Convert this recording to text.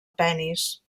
penis